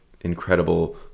incredible